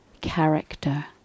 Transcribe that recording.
character